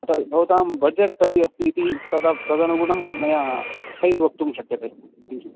तद् भवतां बजेट् कति अस्ति इति तद तदनुगुणं मया सैज़् वक्तुं शक्यते किञ्चित्